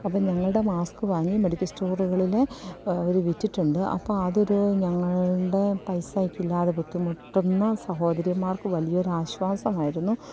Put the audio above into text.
അപ്പം ഞങ്ങളുടെ മാസ്ക് വാങ്ങി മെഡിക്കൽ സ്റ്റോറുകളിൽ അവർ വിറ്റിട്ടുണ്ട് അപ്പോൾ അതൊരു ഞങ്ങളുടെ പൈസക്കില്ലാതെ ബുദ്ധിമുട്ടുന്ന സഹോദരിമാർക്ക് വലിയൊരു ആശ്വാസമായിരുന്നു